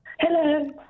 Hello